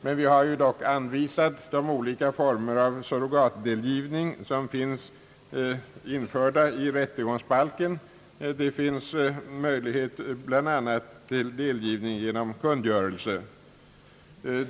Men vi har ju anvisat de olika former av surrogatdelgivning som är införda i rättegångsbalken — det finns möjlighet bi. a. till delgivning genom kungörelse.